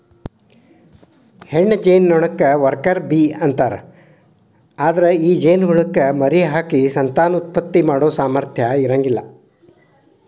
ಹೆಣ್ಣ ಜೇನನೊಣಕ್ಕ worker bee ಅಂತಾರ, ಅದ್ರ ಈ ಜೇನಹುಳಕ್ಕ ಮರಿಹಾಕಿ ಸಂತಾನೋತ್ಪತ್ತಿ ಮಾಡೋ ಸಾಮರ್ಥ್ಯ ಇರಂಗಿಲ್ಲ